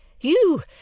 You